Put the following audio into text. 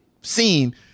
seen